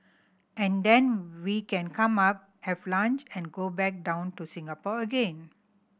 and then we can come up have lunch and go back down to Singapore again